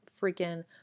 freaking